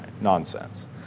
Nonsense